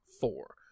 Four